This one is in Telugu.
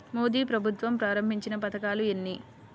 మోదీ ప్రభుత్వం ప్రారంభించిన పథకాలు ఎన్ని?